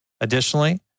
Additionally